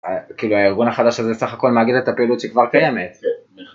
ה... כאילו הארגון החדש הזה סך הכל מאגד את הפעילות שכבר קיימת.